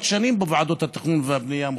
שנים בוועדות התכנון והבנייה המחוזיות.